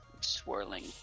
swirling